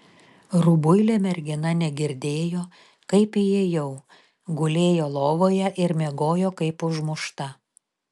rubuilė mergina negirdėjo kaip įėjau gulėjo lovoje ir miegojo kaip užmušta